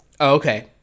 Okay